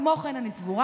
כמו כן, אני סבורה